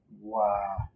Wow